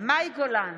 מאי גולן,